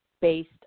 based